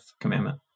commandment